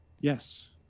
Yes